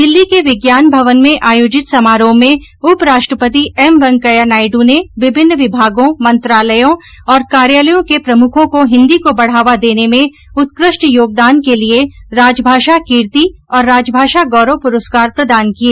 दिल्ली के विज्ञान भवन में आयोजित समारोह में उपराष्ट्रपति एम वेंकैया नायडू ने विभिन्न विभागों मंत्रालयों और कार्यालयों के प्रमुखों को हिंदी को बढ़ावा देने में उत्कृष्ट योगदान के लिए राजभाषा कीर्ति और राजभाषा गौरव पुरस्कार प्रदान किए